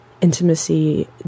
intimacy